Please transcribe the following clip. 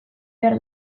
behar